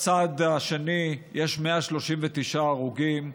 בצד השני יש 139 הרוגים,